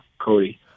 Cody